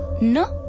no